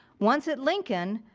once at lincoln,